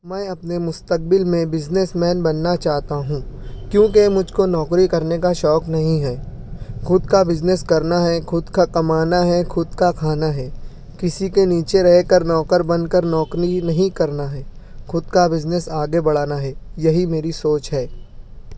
میں اپنے مستقبل میں بزنس مین بننا چاہتا ہوں کیونکہ مجھ کو نوکری کرنے کا شوق نہیں ہے خود کا بزنس کرنا ہے خود کا کمانا ہے خود کا کھانا ہے کسی کے نیچے رہ کر نوکر بن کر نوکری نہیں کرنا ہے خود کا بزنس آگے بڑھانا ہے یہی میری سوچ ہے